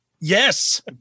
yes